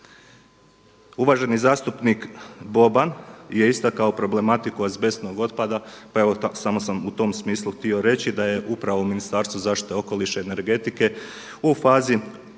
Uvaženi zastupnik Boban je istakao problematiku azbestnog otpada pa evo samo sam u tom smislu htio reći da je upravo Ministarstvo zaštite okoliša i energetike u fazi